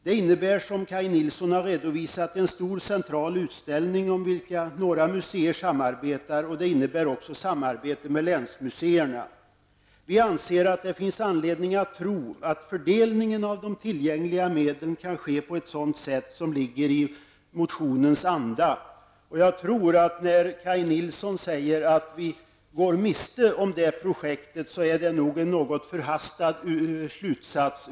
Det innebär, som Kaj Nilsson har redovisat, en stor central utställning om vilka några museer samarbetar och det innebär också samarbete med länsmuseerna. Det finns anledning att tro att fördelningen av de tillgängliga medlen kan ske på ett sätt som ligger i motionens anda. Jag tror att det är en något förhastad slutsats när Kaj Nilsson säger att vi går miste om det projektet.